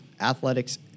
athletics